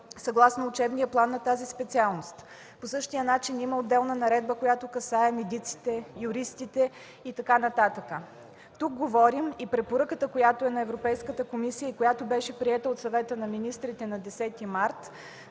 съгласно учебния план на тази специалност. По същия начин има отделна наредба, която касае медиците, юристите и така нататък. Тук говорим за друго. Препоръката от Европейската комисия, която беше приета от Съвета на министрите на 10 март